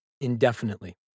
indefinitely